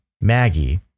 Maggie